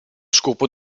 scopo